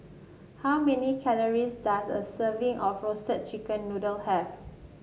how many calories does a serving of Roasted Chicken Noodle have